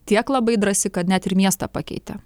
tiek labai drąsi kad net ir miestą pakeitė